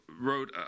wrote